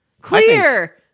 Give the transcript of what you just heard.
Clear